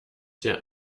der